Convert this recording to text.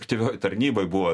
aktyvioj tarnyboj buvo